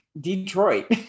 Detroit